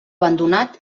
abandonat